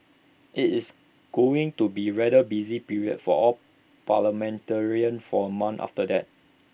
it's going to be rather busy period for all parliamentarians for A month after that